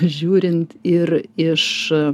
žiūrint ir iš